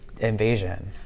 Invasion